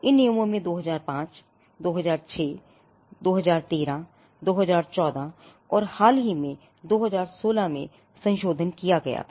इन नियमों में 2005 2006 2013 2014 में और हाल ही में 2016 में संशोधन किया गया था